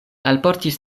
alportis